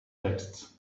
texts